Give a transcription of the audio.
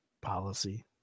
policy